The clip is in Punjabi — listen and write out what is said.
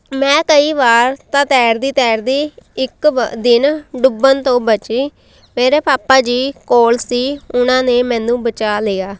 ਮੈਂ ਕਈ ਵਾਰ ਤਾਂ ਤੈਰਦੀ ਤੈਰਦੀ ਇੱਕ ਵਾ ਦਿਨ ਡੁੱਬਣ ਤੋਂ ਬਚੀ ਮੇਰੇ ਪਾਪਾ ਜੀ ਕੋਲ ਸੀ ਉਹਨਾਂ ਨੇ ਮੈਨੂੰ ਬਚਾ ਲਿਆ